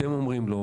אתם אומרים לא.